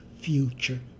future